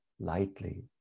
lightly